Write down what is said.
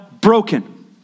broken